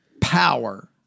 power